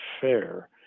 fair